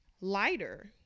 lighter